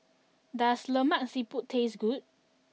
does Lemak Siput taste good